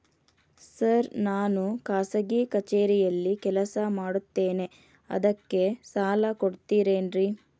Sir ನಾನು ಖಾಸಗಿ ಕಚೇರಿಯಲ್ಲಿ ಕೆಲಸ ಮಾಡುತ್ತೇನೆ ಅದಕ್ಕೆ ಸಾಲ ಕೊಡ್ತೇರೇನ್ರಿ?